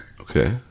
Okay